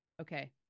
okay